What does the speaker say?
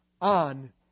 on